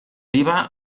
iba